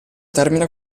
termina